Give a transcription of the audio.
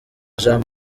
jean